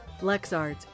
LexArts